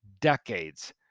decades